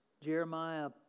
Jeremiah